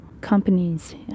companies